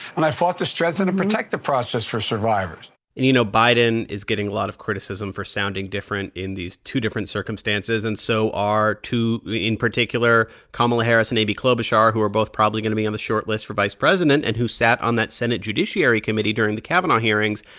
and i fought to strengthen and protect the process for survivors you know, biden is getting a lot of criticism for sounding different in these two different circumstances. and so are two in particular kamala harris and amy klobuchar, who are both probably going to be on the shortlist for vice president and who sat on that senate judiciary committee during the kavanaugh hearings.